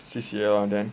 C C A then